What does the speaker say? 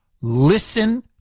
Listen